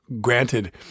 granted